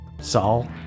Saul